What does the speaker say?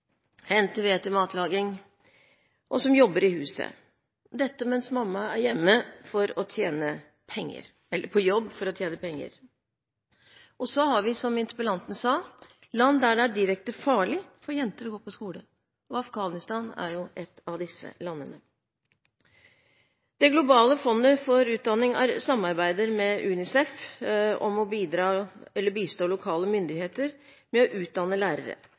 hente ved til matlaging og jobbe i huset. Dette skjer mens mamma er på jobb for å tjene penger. Så har vi – som interpellanten sa – land der det er direkte farlig for jenter å gå på skole. Afghanistan er ett av disse landene. Det globale fondet for utdanning samarbeider med UNICEF om å bistå lokale myndigheter med å utdanne lærere.